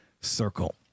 circle